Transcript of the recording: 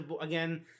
again